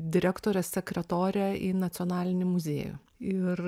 direktorės sekretore į nacionalinį muziejų ir